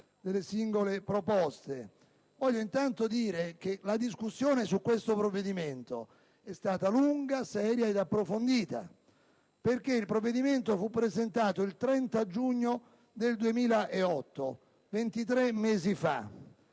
voglio intanto dire che la discussione su questo provvedimento è stata lunga, seria ed approfondita. Il provvedimento fu presentato il 30 giugno 2008, 23 mesi fa.